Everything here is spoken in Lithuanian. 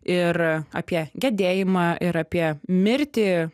ir apie gedėjimą ir apie mirtį